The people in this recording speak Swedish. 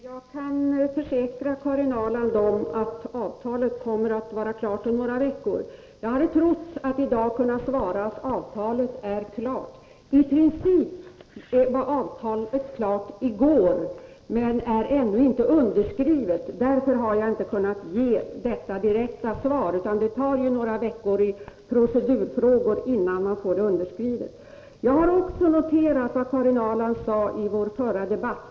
Fru talman ! Jag kan försäkra Karin Ahrland att avtalet kommer att vara klart om några veckor. Jag hade trott att jag i dag skulle kunna svara att avtalet är klart. I princip var avtalet klart i går, men det är ännu inte underskrivet. Därför har jag inte kunnat ge detta direkta svar. Procedurfrå gorna innan avtalet är underskrivet kommer att ta några veckor i anspråk. Jag har också noterat vad Karin Ahrland sade i vår förra debatt.